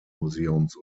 museums